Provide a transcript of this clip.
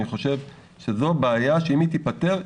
אני חושב שזו בעיה שאם היא תיפתר,